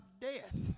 death